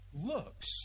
looks